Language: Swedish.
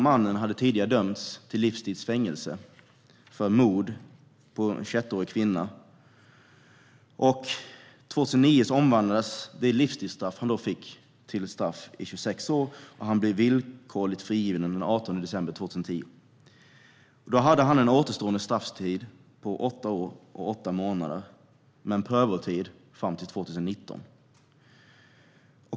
Mannen hade tidigare dömts till livstids fängelse för mord på en 21årig kvinna. År 2009 omvandlades det livstidsstraff han hade fått till fängelse på 26 år. Han blev villkorligt frigiven den 18 december 2010. Då hade han en återstående strafftid på åtta år och åtta månader med en prövotid fram till 2019.